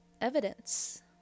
evidence